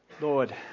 Lord